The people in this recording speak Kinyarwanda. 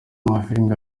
amafilime